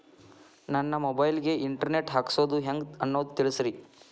ನನ್ನ ಮೊಬೈಲ್ ಗೆ internet ಹಾಕ್ಸೋದು ಹೆಂಗ್ ಅನ್ನೋದು ತಿಳಸ್ರಿ